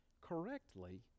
correctly